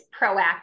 proactive